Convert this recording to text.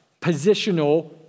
positional